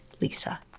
Lisa